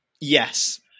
Yes